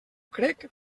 crec